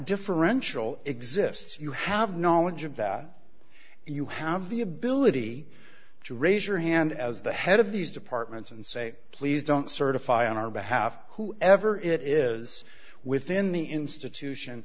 differential exists you have knowledge of that you have the ability to raise your hand as the head of these departments and say please don't certify on our behalf who ever it is within the institution